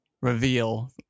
reveal